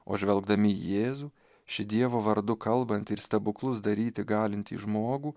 o žvelgdami į jėzų šį dievo vardu kalbantį ir stebuklus daryti galintį žmogų